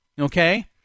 Okay